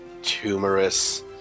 tumorous